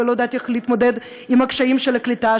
ולא ידעתי איך להתמודד עם הקשיים של הקליטה,